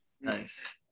Nice